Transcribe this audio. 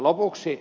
lopuksi